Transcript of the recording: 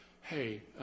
hey